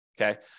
Okay